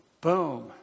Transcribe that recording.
Boom